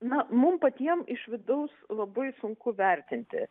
na mum patiem iš vidaus labai sunku vertinti